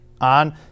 on